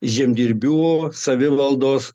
žemdirbių savivaldos